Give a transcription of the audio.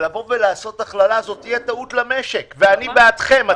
אבל לעשות הכללה זו תהיה טעות למשק ואני בעדכם.